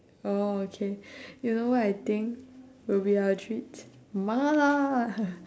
orh okay you know what I think will be our treats mala